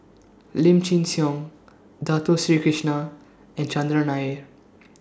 Lim Chin Siong Dato Sri Krishna and Chandran Nair